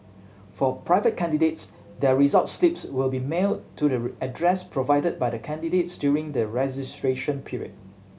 for private candidates their result slips will be mailed to the address provided by the candidates during the registration period